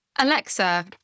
Alexa